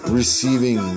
receiving